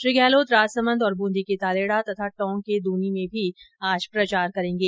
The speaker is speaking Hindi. श्री गहलोत राजसमंद और बूंदी के तालेडा तथा टोंक के दूनी में भी आज प्रचार करेंगे